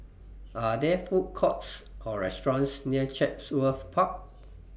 Are There Food Courts Or restaurants near Chatsworth Park